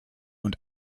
und